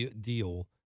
deal